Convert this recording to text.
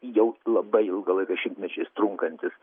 jau labai ilgą laiką šimtmečiais trunkantis